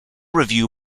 review